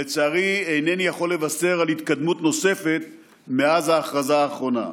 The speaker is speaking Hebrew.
לצערי איני יכול לבשר על התקדמות נוספת מאז ההכרזה האחרונה.